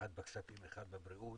האחד בכספים והשני בבריאות